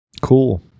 Cool